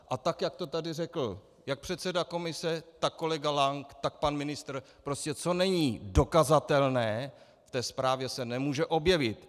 A tak jak to tady řekl jak předseda komise, tak kolega Lank, tak pan ministr, prostě co není dokazatelné, se ve zprávě nemůže objevit.